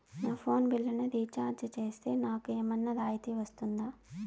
నా ఫోను బిల్లును recharge recharge సేస్తే, నాకు ఏమన్నా రాయితీ వస్తుందా?